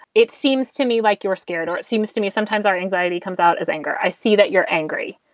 it seems to me like you're scared or it seems to me sometimes our anxiety comes out as anger. i see that you're angry.